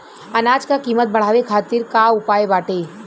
अनाज क कीमत बढ़ावे खातिर का उपाय बाटे?